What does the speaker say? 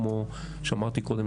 כמו שאמרתי קודם,